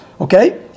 Okay